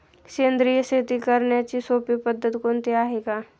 सेंद्रिय शेती करण्याची सोपी पद्धत कोणती आहे का?